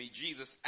Jesus